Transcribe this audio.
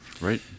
right